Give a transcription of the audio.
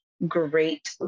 great